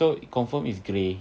so confirm is grey